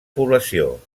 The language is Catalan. població